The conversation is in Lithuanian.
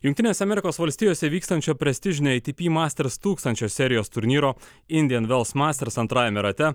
jungtinėse amerikos valstijose vykstančio prestižinio ei ty py masters tūkstančio serijos turnyro indijan vels masters antrajame rate